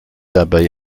dabei